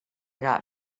got